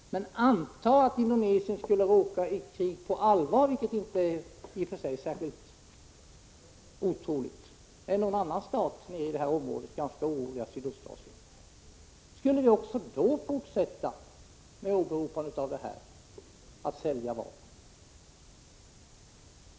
Men anta att Indonesien skulle råka i krig på allvar, vilket i och för sig inte är särskilt otroligt, med någon annan stat i detta område, det ganska oroliga Sydöstasien. Skulle ni också då fortsätta att sälja vapen med åberopande av detta?